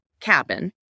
cabin